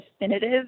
definitive